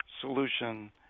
solution